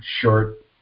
short